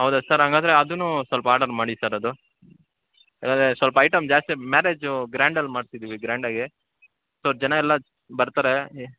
ಹೌದಾ ಸರ್ ಹಾಗಾದ್ರೆ ಅದನ್ನೂ ಸ್ವಲ್ಪ ಆರ್ಡರ್ ಮಾಡಿ ಸರ್ ಅದು ಇಲ್ಲಾಂದ್ರೆ ಸ್ವಲ್ಪ ಐಟಮ್ ಜಾಸ್ತಿ ಮ್ಯಾರೇಜು ಗ್ರ್ಯಾಂಡಲ್ಲಿ ಮಾಡ್ತಿದ್ದೀವಿ ಗ್ರ್ಯಾಂಡಾಗಿ ಸೋ ಜನ ಎಲ್ಲ ಬರ್ತಾರೆ